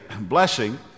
blessing